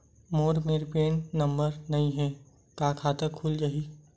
मोर मेर PAN number नई हे का खाता खुल जाही?